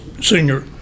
senior